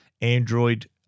Android